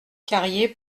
carrier